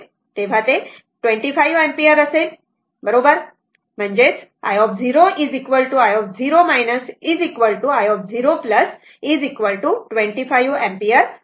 तर ते आता 25 अँपिअर असेल बरोबर म्हणजे i0 i0 i0 25 अँपिअर आहे बरोबर